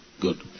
Good